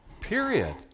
Period